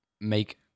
make